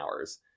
hours